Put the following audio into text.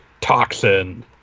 Toxin